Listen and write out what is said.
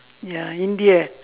ya india